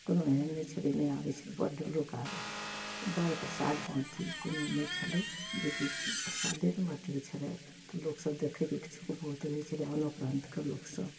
कोनो एहेन नहि छलै नहि आबै छलै बड्ड लोक आबए बड़ प्रसाद बाँटी कोनो नहि छलै जेकि प्रसादे तऽ बँटै छलए लोकसब देखेके इक्षुक बहुत रहै छलै आनो प्रान्तके लोकसब